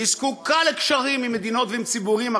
הוא זקוקה לקשרים עם מדינות ועם ציבורים אחרים,